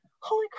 holy